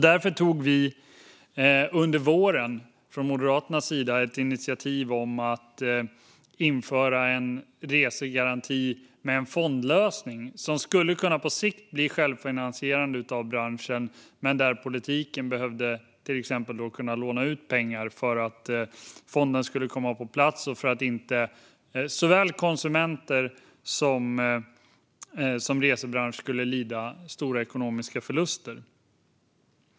Därför tog Moderaterna under våren ett initiativ till att införa en resegaranti med en fondlösning, som på sikt skulle kunna bli självfinansierande av branschen. Men politiken behövde till exempel låna ut pengar för att fonden skulle komma på plats och för att inte såväl konsumenterna som resebranschen skulle lida stora ekonomiska förluster.